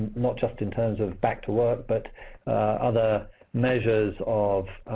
not just in terms of back to work, but other measures of